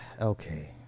Okay